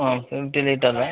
ಹಾಂ fifty litre